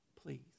please